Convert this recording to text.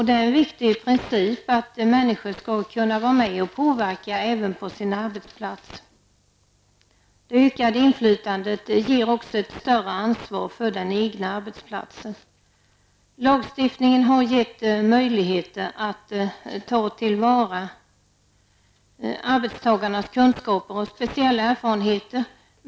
Det är en viktig princip att människor skall kunna vara med och påverka förhållandena även på sin arbetsplats. Det ökade inflytandet ger också ett större ansvar för den egna arbetsplatsen. Lagstiftningen har gett möjligheter att ta till vara arbetstagarnas kunskaper och speciella erfarenheter.